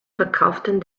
verkauften